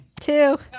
Two